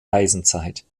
eisenzeit